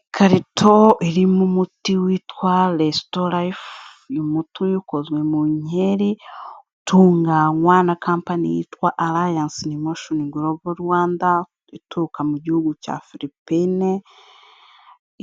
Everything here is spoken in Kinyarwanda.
Ikarito irimo umuti witwa resto life. Uyu muti ukozwe mu nkeri utunganywa na company yitwa alliance in motion global Rwanda ituruka mu Gihugu cya Philipine.